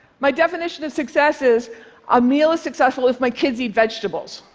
my definition of success is a meal is successful if my kids eat vegetables.